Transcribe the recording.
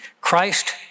Christ